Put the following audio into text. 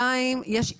דבר שני,